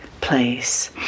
place